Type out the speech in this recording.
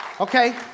Okay